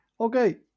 Okay